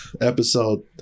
episode